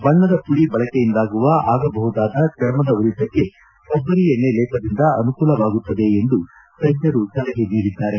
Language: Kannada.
ಬಣ್ಣದ ಮಡಿ ಬಳಕೆಯಿಂದಾಗುವ ಆಗಬುಹುದಾದ ಚರ್ಮದ ಉರಿತಕ್ಕೆ ಕೊಬ್ಬರಿ ಎಣ್ಣೆ ಲೇಪದಿಂದ ಅನುಕೂಲವಾಗುತ್ತದೆ ಎಂದು ತಜ್ನರು ಸಲಹೆ ನೀಡಿದ್ದಾರೆ